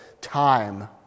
time